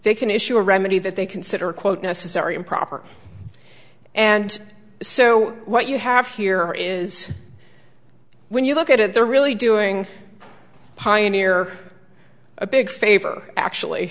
they can issue a remedy that they consider quote necessary and proper and so what you have here is when you look at it they're really doing pioneer a big favor actually